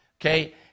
Okay